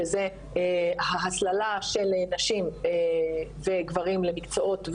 שזה ההסללה של נשים וגברים למקצועות,